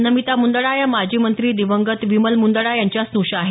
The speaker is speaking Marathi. नमिता मुंदडा या माजी मंत्री दिवंगत विमल मुंदडा यांच्या स्नुषा आहेत